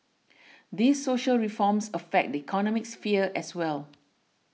these social reforms affect the economic sphere as well